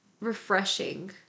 refreshing